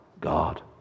God